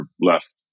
left